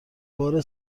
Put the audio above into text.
بار